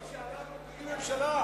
על סעיף שהיה מפיל ממשלה.